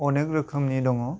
अनेग रोखोमनि दङ